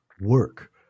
work